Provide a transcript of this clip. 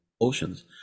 oceans